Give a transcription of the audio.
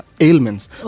ailments